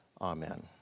Amen